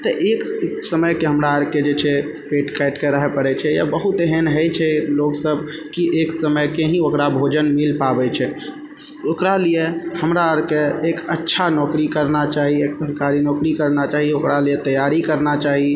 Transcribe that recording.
तऽ एक समयके हमरा आरके जे छै पेट काटिके रहै पड़ै छै या बहुत एहन होइ छै लोक सब कि एक समयके ही ओकरा भोजन मिल पाबै छै ओकरा लिए हमरा आरके एक अच्छा नौकरी करना चाहिए एक सरकारी नौकरी करना चाहिए ओकरा लिए तैयारी करना चाही